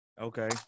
Okay